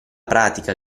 pratica